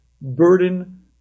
burden